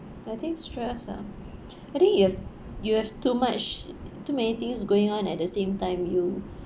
I think stress ah I think if you have you have too much too many things going on at the same time you